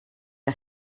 que